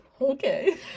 Okay